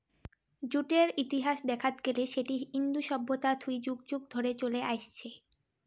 জুটের ইতিহাস দেখাত গেলে সেটি ইন্দু সভ্যতা থুই যুগ যুগ ধরে চলে আইসছে